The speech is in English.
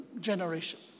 generation